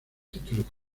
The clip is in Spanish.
títulos